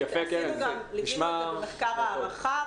ליווינו את זה במחקר הערכה,